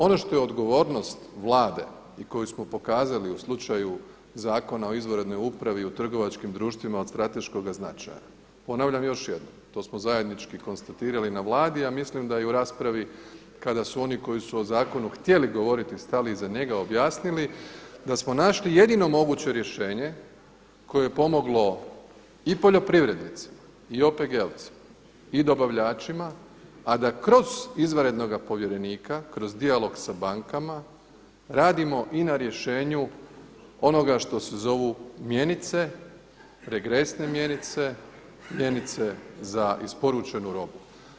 Ono što je odgovornost Vlade i koju smo pokazali u slučaju Zakona o izvanrednoj upravi u trgovačkim društvima od strateškoga značaja, ponavljam još jednom, to smo zajednički konstatirali na Vladi a mislim da i u raspravi kada su oni koji su o zakonu htjeli govoriti stali iza njega, objasnili da smo našli jedino moguće rješenje koje je pomoglo i poljoprivrednicima i OPG-ovcima i dobavljačima a da kroz izvanrednoga povjerenika, kroz dijalog sa bankama radimo i na rješenju onoga što se zovu mjenice, regresne mjenice, mjenice za isporučenu robu.